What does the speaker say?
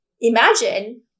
imagine